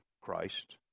Christ